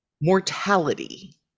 mortality